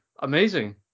amazing